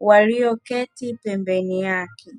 walioketi pembeni yake.